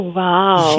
wow